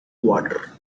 water